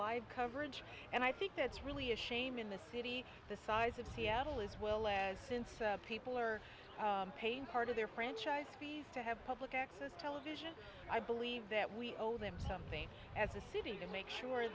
live coverage and i think that's really a shame in the city the size of seattle as well as since people are paying part of their franchise fees to have public access television i believe that we owe them something as a city to make sure